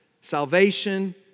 Salvation